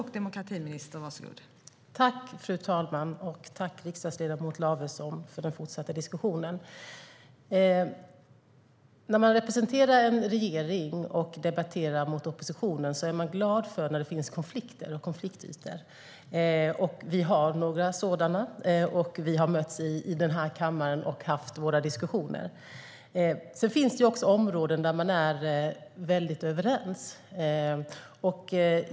Fru talman! Tack, riksdagsledamot Lavesson, för den fortsatta diskussionen! När man representerar en regering och debatterar mot oppositionen är man glad när det finns konfliktytor. Vi har några sådana, och vi har mötts i den här kammaren och haft våra diskussioner. Sedan finns det också områden där man är överens.